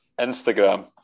Instagram